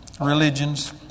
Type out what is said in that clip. religions